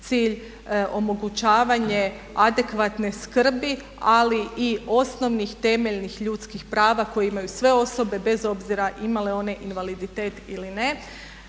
cilj omogućavanje adekvatne skrbi ali i osnovnih temeljnih ljudskih prava koje imaju sve osobe bez obzira imale one invaliditet ili ne.